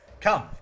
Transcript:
Come